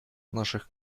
наших